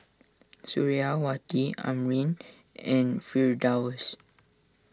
Suriawati Amrin and Firdaus